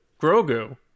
Grogu